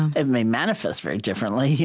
it may manifest very differently, yeah